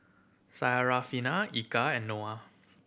Syarafina Eka and Noah